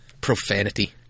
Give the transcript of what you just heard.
profanity